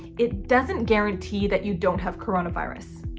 it doesn't guarantee that you don't have corona virus.